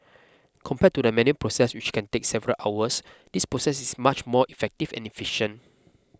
compared to the manual process which can take several hours this processes is much more effective and efficient